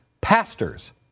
pastors